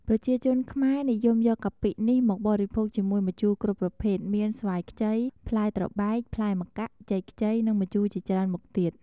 ប្រជាជនខ្មែរនិយមយកកាពិឆានេះមកបរិភោគជាមួយម្ជូរគ្រប់ប្រភេទមាន ស្វាយខ្ចី ផ្លែត្របែក ផ្លែម្កាក់ ចេកខ្ចី និងម្ជូរជាច្រើនមុខទៀត។